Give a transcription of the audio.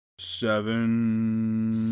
Seven